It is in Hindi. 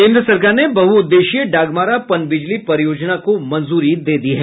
केन्द्र सरकार ने बहुउद्देशीय डागमारा पनबिजली परियोजना को मंजूरी दे दी है